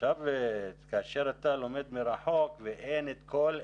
עכשיו כאשר אתה לומד מרחוק ואין את כל אלה,